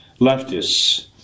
leftists